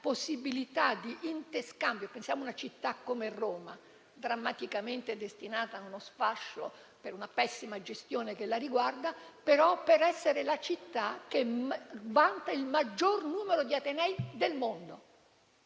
possibilità di interscambio: pensiamo a una città come Roma, drammaticamente destinata allo sfascio per la pessima gestione che la riguarda, ma che vanta il maggior numero di atenei al mondo.